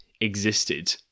existed